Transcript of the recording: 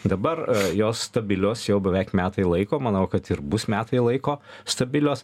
dabar jos stabilios jau beveik metai laiko manau kad ir bus metai laiko stabilios